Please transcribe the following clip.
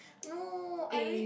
no I read